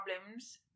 problems